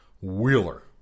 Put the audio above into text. Wheeler